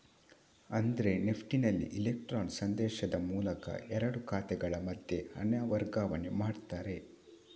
ಅಂದ್ರೆ ನೆಫ್ಟಿನಲ್ಲಿ ಇಲೆಕ್ಟ್ರಾನ್ ಸಂದೇಶದ ಮೂಲಕ ಎರಡು ಖಾತೆಗಳ ಮಧ್ಯೆ ಹಣ ವರ್ಗಾವಣೆ ಮಾಡ್ತಾರೆ